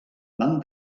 van